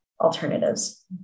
alternatives